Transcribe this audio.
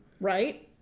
Right